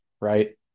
right